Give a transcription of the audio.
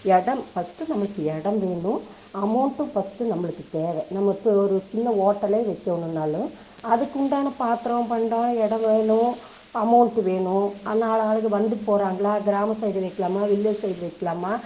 இடம் பஸ்ட்டு நம்மளுக்கு இடம் வேணும் அமௌண்ட்டும் பஸ்ட்டு நம்மளுக்கு தேவை நம்ம இப்போ ஒரு சின்ன ஹோட்டலே வைக்கோணுன்னாலும் அதுக்குண்டான பாத்திரம் பண்டம் இடம் வேணும் அமௌண்ட்டு வேணும் அன்ன ஆள் ஆளுக வந்துட்டு போகிறாங்களா கிராம சைடு வைக்கலாமா வில்லேஜ் சைடு வைக்கலாமா